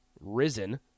risen